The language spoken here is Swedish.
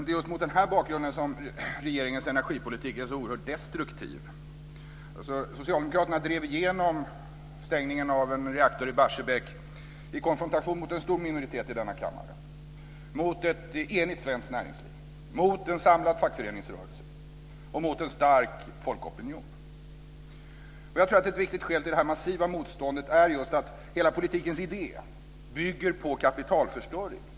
Det är just mot den här bakgrunden som regeringens energipolitik är så oerhört destruktiv. Socialdemokraterna drev igenom stängningen av en reaktor i Barsebäck i konfrontation mot en stor minoritet i denna kammare, mot ett enigt svenskt näringsliv, mot en samlad fackföreningsrörelse och mot en stark folkopinion. Jag tror att ett viktigt skäl till det här massiva motståndet just är att hela politikens idé bygger på kapitalförstöring.